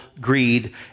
greed